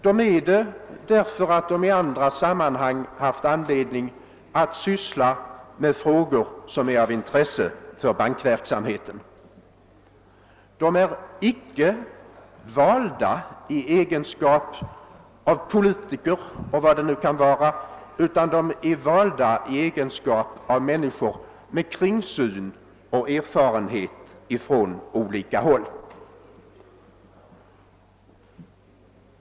De är det därför att de i andra sammanhang haft anledning att syssla med frågor som är av intresse för bankverksamheten. De är icke valda i egenskap av politiker eller vad det nu kan vara, utan de är valda i egenskap av människor med kringsyn och erfarenhet från olika håll.